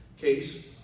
case